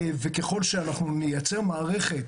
וככל שאנחנו נייצר מערכת,